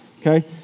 okay